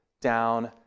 down